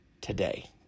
today